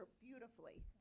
beautifully